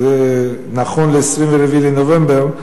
וזה נכון ל-24 בנובמבר,